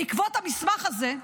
בעקבות המסמך הזה,